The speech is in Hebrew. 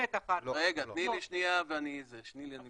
אבל לא --- בוא נפסיק לנחש ונביא נתונים?